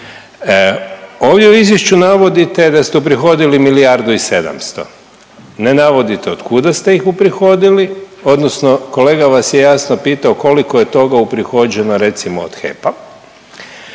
Ovdje u izvješću navodite da ste uprihodili milijardu i 700. Ne navodite od kuda ste ih uprihodili, odnosno kolega vas je jasno pitao koliko je toga uprihođeno recimo od HEP-a?